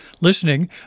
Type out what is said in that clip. Listening